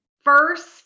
first